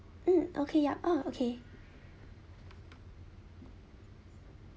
mm okay yup oh okay